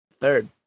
Third